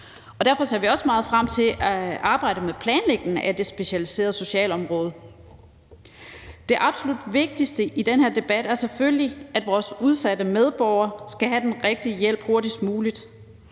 Derfor ser vi også meget frem til arbejdet med planlægningen af det specialiserede socialområde. Det absolut vigtigste i den her debat er selvfølgelig, at vores udsatte medborgere skal have den rigtige hjælp hurtigst muligt.